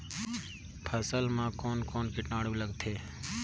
फसल मा कोन कोन सा कीटाणु लगथे?